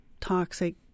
toxic